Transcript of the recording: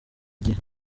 igihe